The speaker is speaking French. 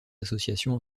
associations